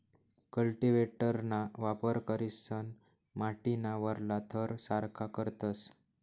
कल्टीव्हेटरना वापर करीसन माटीना वरला थर सारखा करतस